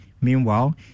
Meanwhile